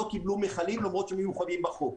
קיבלו מכלים למרות שהיו מחויבים בחוק.